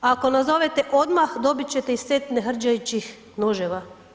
Ako nazovete odmah, dobit ćete i set nehrđajućih noževa.